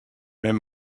men